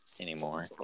anymore